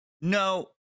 no